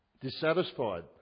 dissatisfied